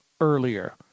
earlier